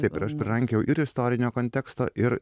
taip ir aš prirankiojau ir istorinio konteksto ir